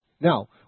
now